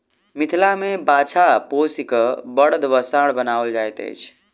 मिथिला मे बाछा पोसि क बड़द वा साँढ़ बनाओल जाइत अछि